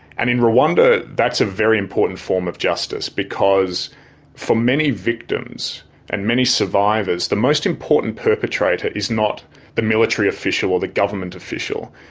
and in rwanda that's a very important form of justice, because for many victims and many survivors, the most important perpetrator is not the military official or the government official.